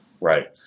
Right